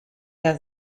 der